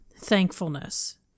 thankfulness